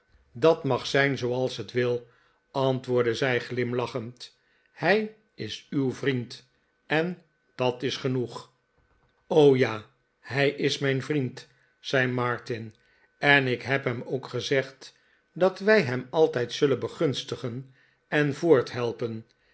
dat mag zijn zooals het wil antwoordde zij glimlachend hij is uw vriend en dat is genoeg o ja hij is mijn vriend zei martin en ik heb hem ook gezegd dat wij hem altijd zullen begunstigen en